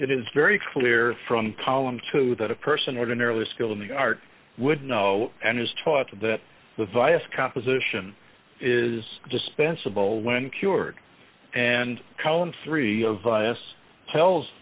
it is very clear from column two that a person ordinarily skilled in the art would know and is taught that the vice composition is dispensable when cured and column three of last tells